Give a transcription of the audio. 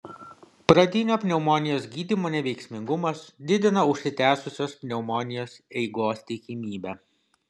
pradinio pneumonijos gydymo neveiksmingumas didina užsitęsusios pneumonijos eigos tikimybę